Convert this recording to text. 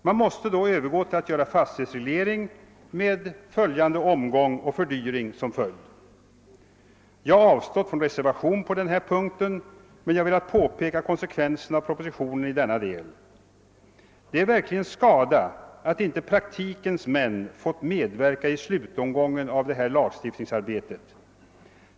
Man måste då övergå till att göra fastighetsreglering, med omgång och fördyring som följd. Jag har avstått från reservation på denna punkt, men jag har velat påpeka konsekvenserna av propositionen i den delen. Det är verkligen skada att inte praktikens män fått medverka i slutomgången av detta lagstiftningsarbete.